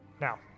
Now